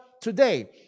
today